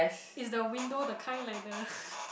is the window the kind like the